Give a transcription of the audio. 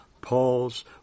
Paul's